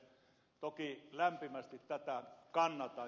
toki lämpimästi tätä kannatan